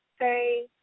say